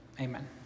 Amen